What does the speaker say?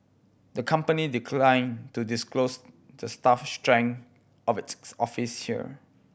the company declined to disclose the staff strength of its office here